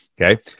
Okay